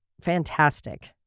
fantastic